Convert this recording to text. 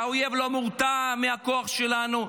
שהאויב לא מורתע מהכוח שלנו.